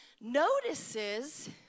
notices